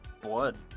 blood